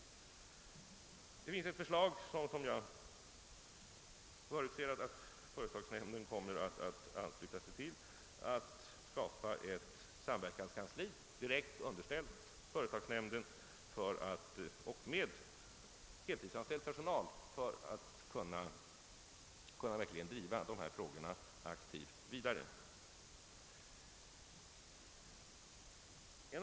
Det finns förslag om, och jag förutsätter att företagsnämnden kommer att ansluta sig till det, att skapa ett samverkanskansli, direkt underställt företagsnämnden och med heltidsanställd personal, för att dessa frågor verkligen skall kunna drivas aktivt vidare.